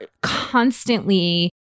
constantly